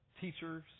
teachers